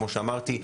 כמו שאמרתי,